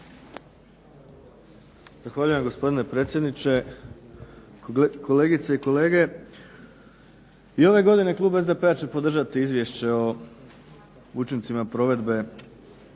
Zahvaljujem gospodine predsjedniče, kolegice i kolege. I ove godine Klub SDP-a će podržati Izvješće o učincima provede